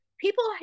People